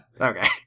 Okay